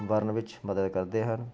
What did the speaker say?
ਵਰਨ ਵਿੱਚ ਮਦਦ ਕਰਦੇ ਹਨ